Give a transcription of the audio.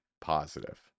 positive